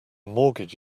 mortgage